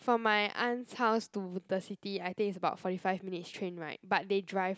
from my aunt's house to the city I think is about forty five minutes train [right] but they drive